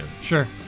Sure